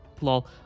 Lol